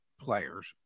players